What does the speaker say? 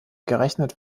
gerechnet